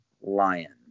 lion